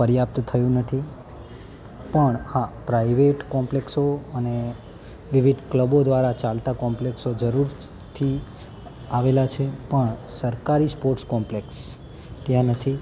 પર્યાપ્ત થયું નથી પણ હા પ્રાઇવેટ કોમ્પ્લેક્સો અને વિવિધ ક્લબો દ્વારા ચાલતા કોમ્પલેક્સો જરૂર થી આવેલા છે પણ સરકારી સ્પોર્ટ્સ કોમ્પ્લેકસ ત્યાં નથી